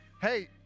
hey